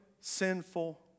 sinful